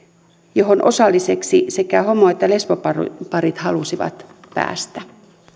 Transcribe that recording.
johon osalliseksi sekä homo että lesboparit halusivat päästä